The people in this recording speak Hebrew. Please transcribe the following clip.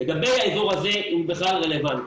לגבי האזור הזה אם הוא בכלל רלוונטי,